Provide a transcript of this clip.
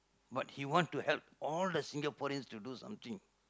but he want to help all the Singaporeans to do something